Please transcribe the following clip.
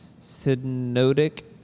synodic